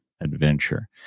adventure